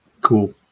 Cool